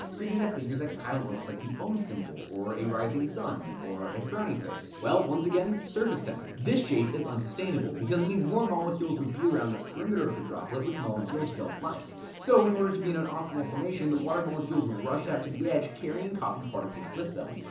creating a figure that kinda looks like the ohm symbol or the rising sun or a frowny face. well, once again, surface tension. this shape is unsustainable because it means more molecules would be around the perimeter of the droplet, which molecules don't like. so in order to be in an optimal formation, the water molecules rush out to the edge, carrying coffee particles with them.